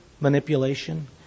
manipulation